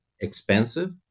expensive